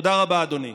תודה רבה, אדוני.